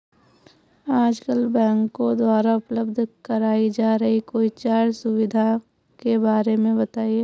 आजकल बैंकों द्वारा उपलब्ध कराई जा रही कोई चार सुविधाओं के बारे में बताइए?